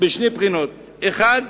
משתי בחינות: האחת,